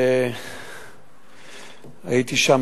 הייתי שם.